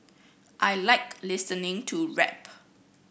I like listening to rap